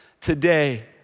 today